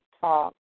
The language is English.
Talk